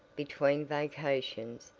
between vacations,